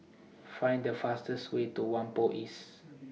Find The fastest Way to Whampoa East